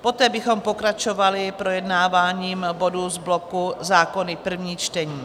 Poté bychom pokračovali projednáváním bodů z bloku Zákony první čtení.